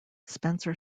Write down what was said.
spencer